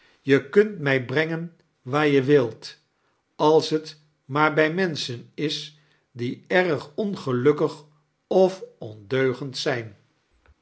je kunt mij brengen waar je wilt als t maar bij menschen is die erg ongelukkig of ondeugend zijn